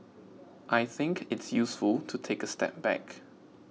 I think it's useful to take a step back